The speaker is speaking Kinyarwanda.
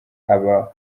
abaha